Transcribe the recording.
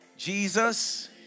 Jesus